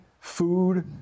food